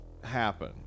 Happen